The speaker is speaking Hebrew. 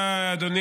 קרויזר,